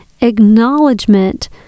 acknowledgement